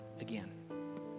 again